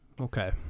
Okay